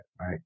right